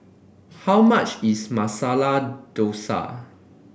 how much is Masala Dosa